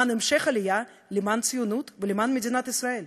למען המשך עלייה, למען הציונות ולמען מדינת ישראל.